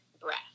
breath